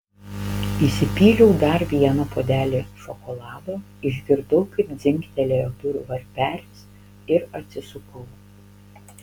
įsipyliau dar vieną puodelį šokolado išgirdau kaip dzingtelėjo durų varpelis ir atsisukau